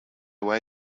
way